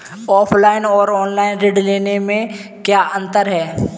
Offline और online ऋण लेने में क्या अंतर है?